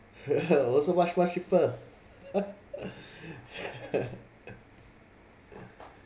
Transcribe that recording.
also much much cheaper